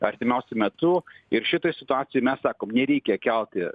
artimiausiu metu ir šitoj situacijoj mes sakom nereikia kelti